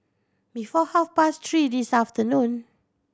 before half past three this afternoon